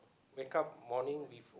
wake up morning with who